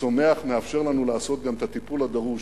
צומח מאפשרת לנו לעשות גם את הטיפול הדרוש